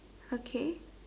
okay